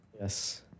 Yes